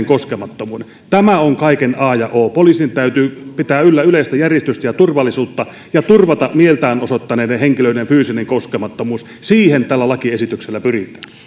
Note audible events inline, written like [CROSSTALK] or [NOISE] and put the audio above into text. [UNINTELLIGIBLE] koskemattomuuden tämä on kaiken a ja o poliisin täytyy pitää yllä yleistä järjestystä ja turvallisuutta ja turvata mieltään osoittaneiden henkilöiden fyysinen koskemattomuus siihen tällä lakiesityksellä pyritään